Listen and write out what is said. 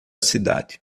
cidade